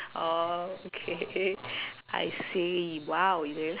oh okay I see !wow! you very